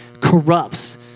corrupts